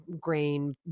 grain